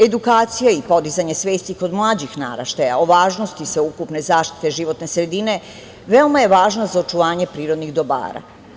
Edukacija i podizanje svesti kod mlađih naraštaja o važnosti sveukupne zaštite životne sredine veoma je važno za očuvanje prirodnih dobara.